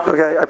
Okay